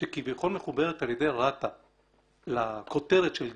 שכביכול מחוברת על ידי רת"א לכותרת של גיל,